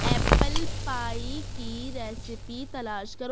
apple pie کی recipe تلاش کرو